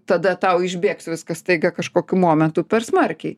tada tau išbėgs viskas staiga kažkokiu momentu per smarkiai